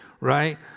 right